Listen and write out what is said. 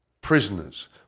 prisoners